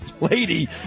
lady